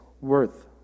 worth